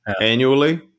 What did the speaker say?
annually